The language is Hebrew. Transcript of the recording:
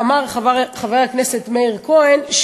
אמר חבר הכנסת מאיר כהן,